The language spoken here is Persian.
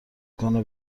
کنه